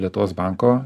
lietuvos banko